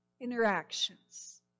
interactions